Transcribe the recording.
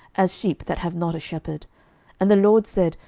as sheep that have not a shepherd and the lord said,